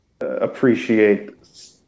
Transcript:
appreciate